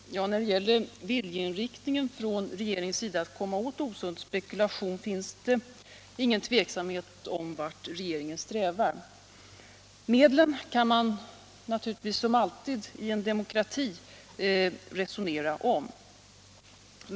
Herr talman! Det finns ingen tveksamhet om regeringens viljeinriktning när det gäller att komma åt osund spekulation. Medlen kan man naturligtvis, som alltid i en demokrati, resonera om.